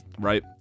right